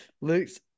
Luke's